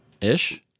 ish